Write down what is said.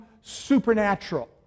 supernatural